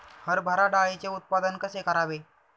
हरभरा डाळीचे उत्पादन कसे करावे?